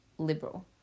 liberal